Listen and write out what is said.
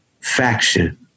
faction